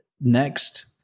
Next